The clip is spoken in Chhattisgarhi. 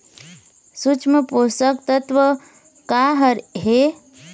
सूक्ष्म पोषक तत्व का हर हे?